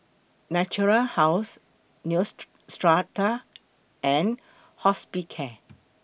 Natura House Neostrata and Hospicare